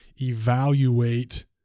evaluate